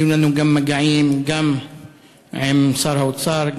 היו לנו מגעים גם עם שר האוצר,